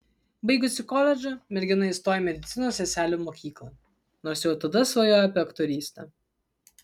baigusi koledžą mergina įstojo į medicinos seselių mokyklą nors jau tada svajojo apie aktorystę